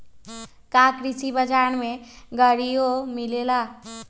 का कृषि बजार में गड़ियो मिलेला?